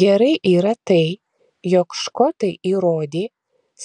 gerai yra tai jog škotai įrodė